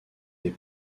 des